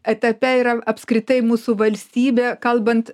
etape yra apskritai mūsų valstybė kalbant